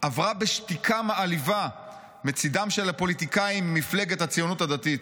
עברה בשתיקה מעליבה מצידם של הפוליטיקאים מהציונות הדתית.